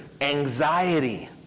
anxiety